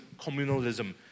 communalism